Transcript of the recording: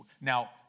Now